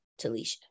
Talisha